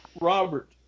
Robert